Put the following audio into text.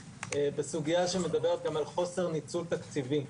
בסוגיה שמדברת גם על חוסר ניצול תקציבים.